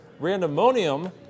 Randomonium